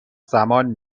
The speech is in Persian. زمان